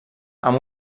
amb